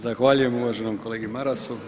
Zahvaljujem uvaženom kolegi Marasu.